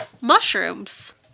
Mushrooms